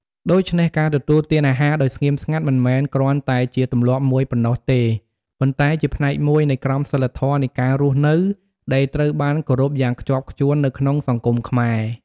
ដូច្នេះ ការទទួលទានអាហារដោយស្ងៀមស្ងាត់ មិនមែនគ្រាន់តែជាទម្លាប់មួយប៉ុណ្ណោះទេ ប៉ុន្តែជាផ្នែកមួយនៃក្រមសីលធម៌នៃការរស់នៅ ដែលត្រូវបានគោរពយ៉ាងខ្ជាប់ខ្ជួននៅក្នុងសង្គមខ្មែរ។